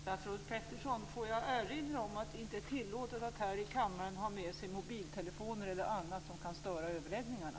Jag vill erinra om att det inte är tillåtet att här i kammaren ha med sig mobiltelefoner eller annat som kan störa överläggningarna.